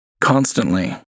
Constantly